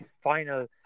final